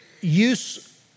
use